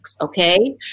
okay